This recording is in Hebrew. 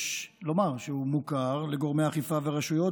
יש לומר שהוא מוכר לגורמי האכיפה והרשויות